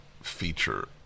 feature